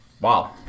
Wow